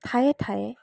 ঠায়ে ঠায়ে